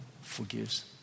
forgives